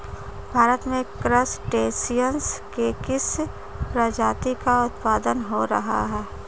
भारत में क्रस्टेशियंस के किस प्रजाति का उत्पादन हो रहा है?